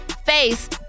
Face